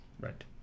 right